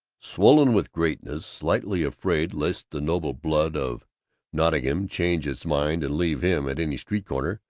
swollen with greatness, slightly afraid lest the noble blood of nottingham change its mind and leave him at any street corner,